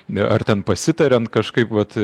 ne ar ten pasitariant kažkaip vat